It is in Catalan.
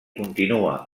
continua